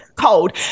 cold